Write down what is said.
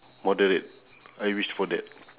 moderate I wish for that